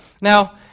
Now